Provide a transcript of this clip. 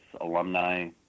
alumni